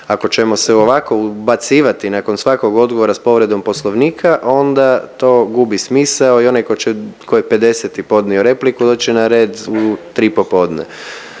Ako ćemo se ovako ubacivati nakon svakog odgovora s povredom Poslovnika, onda to gubi smisao i onaj tko će, tko je 50. podnio repliku doći će na redu u 3 popodne.